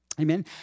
Amen